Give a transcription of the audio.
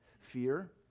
fear